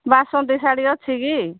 ବାସନ୍ତୀ ଶାଢ଼ୀ ଅଛି କି